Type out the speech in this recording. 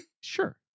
sure